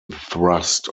thrust